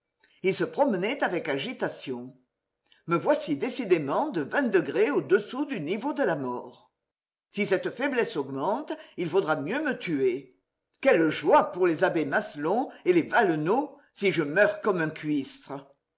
il se promenait avec agitation me voici décidément de vingt degrés au-dessous du niveau de la mort si cette faiblesse augmente il vaudra mieux me tuer quelle joie pour les abbés maslon et les valenod si je meurs comme un cuistre